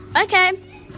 Okay